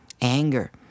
anger